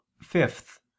fifth